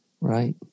right